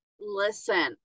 Listen